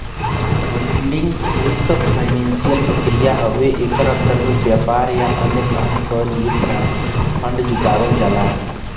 funding एक financial प्रक्रिया हउवे एकरे अंतर्गत व्यापार या अन्य काम क लिए फण्ड जुटाना हौ